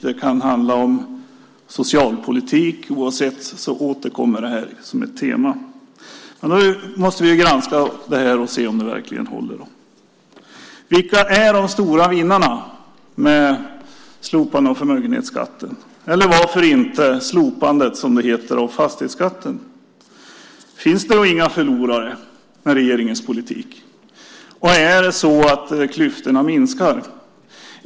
Det kan handla om socialpolitik. Oavsett vilket återkommer det här som ett tema. Nu måste vi granska det här och se om det verkligen håller. Vilka är de stora vinnarna med slopandet av förmögenhetsskatten eller varför inte med slopandet - som det heter - av fastighetsskatten? Finns det då inga förlorare med regeringens politik? Är det så att klyftorna minskar?